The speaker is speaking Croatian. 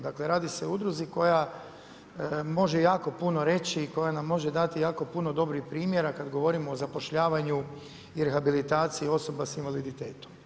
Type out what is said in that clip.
Dakle, radi se o udruzi koja može jako puno reći i koja nam može dati jako puno dobrih primjera kad govorimo o zapošljavanju i rehabilitaciji osoba s invaliditetom.